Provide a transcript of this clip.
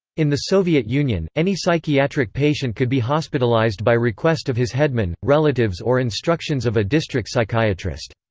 in the soviet union, any psychiatric patient could be hospitalized by request of his headman, relatives or instructions of a district psychiatrist.